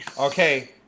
okay